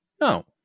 No